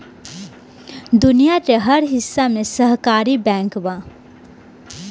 दुनिया के हर हिस्सा में सहकारी बैंक बा